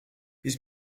his